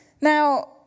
Now